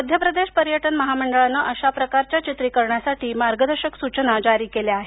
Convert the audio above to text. मध्य प्रदेश पर्यटन महामंडळानं अशा प्रकारच्या चित्रीकरणांसाठी मार्गदर्शक सूचना जारी केल्या आहेत